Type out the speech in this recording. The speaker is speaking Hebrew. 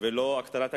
ולא הקטנת הגירעון.